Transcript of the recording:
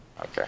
Okay